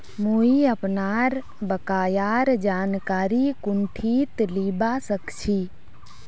मुई अपनार बकायार जानकारी कुंठित लिबा सखछी